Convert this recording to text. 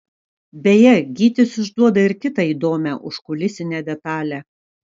beje gytis išduoda ir kitą įdomią užkulisinę detalę